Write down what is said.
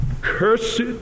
Cursed